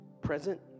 present